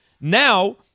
Now